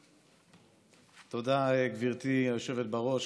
תודה, גברתי היושבת-ראש.